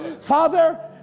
Father